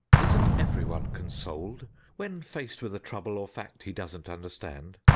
isn't everyone consoled when faced with a trouble or fact he doesn't understand,